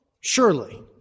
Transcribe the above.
Surely